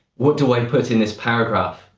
what do i put in this paragraph?